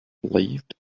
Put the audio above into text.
believed